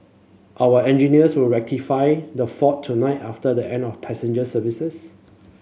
our engineers will rectify the fault tonight after the end of passenger services